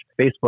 facebook